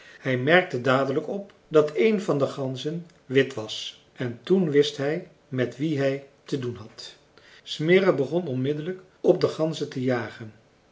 hij merkte dadelijk op dat een van de ganzen wit was en toen wist hij met wie hij te doen had smirre begon onmiddellijk op de ganzen te jagen